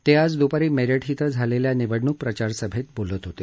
ते आज दुपारी मेरठ इथं झालेल्या निवडणूक प्रचारसभेत बोलत होते